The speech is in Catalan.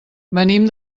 venim